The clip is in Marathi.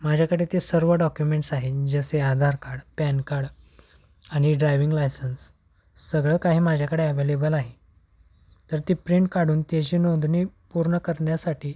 माझ्याकडे ते सर्व डॉक्युमेंट्स आहेत जसे आधार कार्ड पॅन कार्ड आणि ड्रायविंग लायसन्स सगळं काही माझ्याकडे ॲवेलेबल आहे तर ती प्रिंट काढून त्याची नोंदणी पूर्ण करण्यासाठी